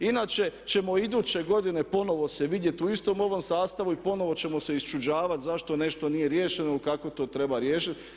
Inače ćemo iduće godine ponovno se vidjeti u istom ovom sastavu i ponovno ćemo se iščuđavati zašto nešto nije riješeno, kako to treba riješiti.